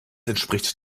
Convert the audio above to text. entspricht